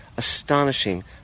Astonishing